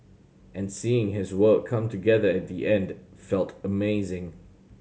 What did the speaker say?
and seeing his work come together at the end felt amazing